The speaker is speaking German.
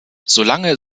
solange